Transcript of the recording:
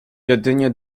jedynie